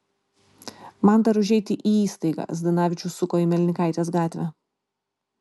man dar užeiti į įstaigą zdanavičius suko į melnikaitės gatvę